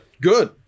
good